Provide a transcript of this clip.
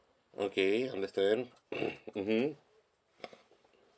okay understand mmhmm